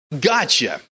Gotcha